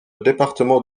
département